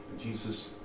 Jesus